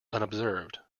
unobserved